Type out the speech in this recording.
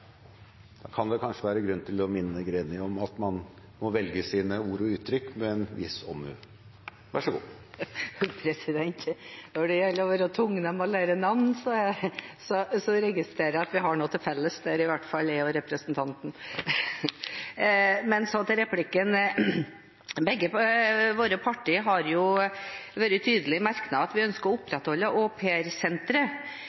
om at man må velge sine ord og uttrykk med en viss omhu. Når det gjelder å være tungnem og lære navn, så registrerer jeg at vi i hvert fall har noe til felles der, jeg og representanten. Men så til replikken: Begge våre partier har jo vært tydelige i merknad på at vi ønsker å